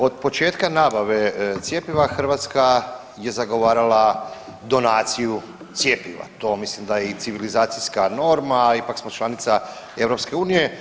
Od početka nabave cjepiva Hrvatska je zagovarala donaciju cjepiva, to mislim da je i civilizacijska norma, ipak smo članica EU.